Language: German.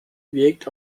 wirkt